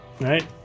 right